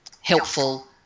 helpful